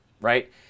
right